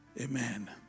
Amen